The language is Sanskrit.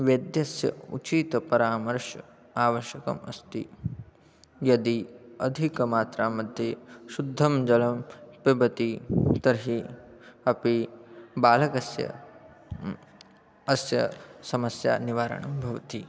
वैद्यस्य उचितपरामर्शः आवश्यकः अस्ति यदि अधिकमात्रा मध्ये शुद्धं जलं पिबति तर्हि अपि बालकस्य अस्याः समस्यायाः निवारणं भवति